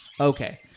Okay